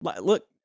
look